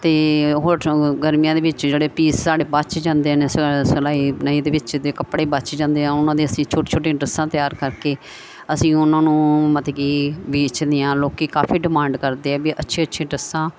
ਤੇ ਹੋਟੋ ਗਰਮੀਆਂ ਦੇ ਵਿੱਚ ਜਿਹੜੇ ਪੀਸ ਸਾਡੇ ਬਚ ਜਾਂਦੇ ਨੇ ਸਲਾ ਸਿਲਾਈ ਨਈ ਦੇ ਵਿੱਚ ਦੇ ਕੱਪੜੇ ਬਚ ਜਾਂਦੇ ਆ ਉਹਨਾਂ ਦੇ ਅਸੀਂ ਛੋਟੇ ਛੋਟੀਆਂ ਡਰੈੱਸਾਂ ਤਿਆਰ ਕਰਕੇ ਅਸੀਂ ਉਹਨਾਂ ਨੂੰ ਮਤਬ ਕੀ ਵੇਚਦੇ ਆ ਲੋਕੀ ਕਾਫੀ ਡਿਮਾਂਡ ਕਰਦੇ ਆ ਵੀ ਅੱਛੇ ਅੱਛੇ ਡਰੈੱਸਾਂ